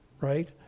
right